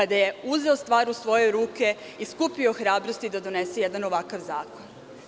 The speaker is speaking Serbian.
Kada je uzeo stvar u svoje ruke i skupio hrabrosti da donese jedan ovakav zakon.